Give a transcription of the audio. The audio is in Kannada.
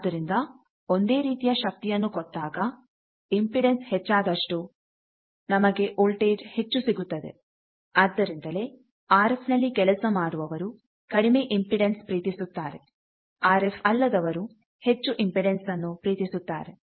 ಆದ್ದರಿಂದ ಒಂದೇ ರೀತಿಯ ಶಕ್ತಿಯನ್ನು ಕೊಟ್ಟಾಗ ಇಂಪೆಡನ್ಸ್ ಹೆಚ್ಚಾದಷ್ಟು ನಮಗೆ ವೋಲ್ಟೇಜ್ ಹೆಚ್ಚು ಸಿಗುತ್ತದೆ ಆದ್ದರಿಂದಲೇ ಆರ್ ಎಫ್ ನಲ್ಲಿ ಕೆಲಸ ಮಾಡುವವರು ಕಡಿಮೆ ಇಂಪೆಡನ್ಸ್ ಪ್ರೀತಿಸುತ್ತಾರೆ ಆರ್ ಎಫ್ ಅಲ್ಲದವರು ಹೆಚ್ಚು ಇಂಪಿಡನ್ಸ್ಅನ್ನು ಪ್ರೀತಿಸುತ್ತಾರೆ